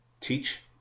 teach